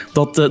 dat